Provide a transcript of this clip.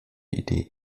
idee